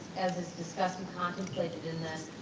as is discussed and contemplated in this,